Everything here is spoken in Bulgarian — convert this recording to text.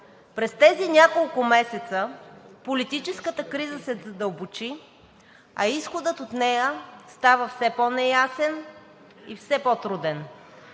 През тези няколко месеца политическата криза се задълбочи, а изходът от нея става все по-неясен и все по-труден.